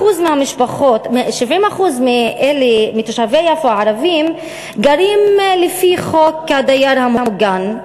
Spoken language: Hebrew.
70% מתושבי יפו הערבים גרים לפי חוק הדייר המוגן,